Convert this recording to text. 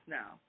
now